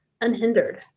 unhindered